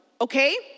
Okay